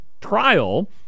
trial